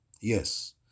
Yes